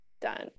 done